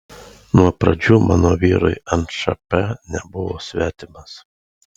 nuo pradžių mano vyrui nšp nebuvo svetimas